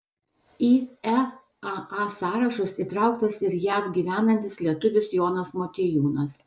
į eaa sąrašus įtrauktas ir jav gyvenantis lietuvis jonas motiejūnas